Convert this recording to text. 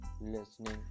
listening